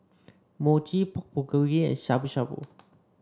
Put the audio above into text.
Mochi Pork Bulgogi and Shabu Shabu